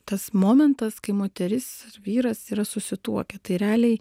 tas momentas kai moteris vyras yra susituokę tai realiai